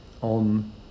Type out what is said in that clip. on